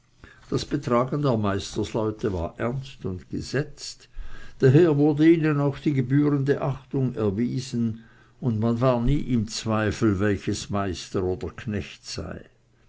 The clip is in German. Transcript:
das betragen der meisterleute war ernst und gesetzt daher wurde ihnen auch die gebührende achtung erwiesen und man war nie im zweifel welches meister oder knecht sei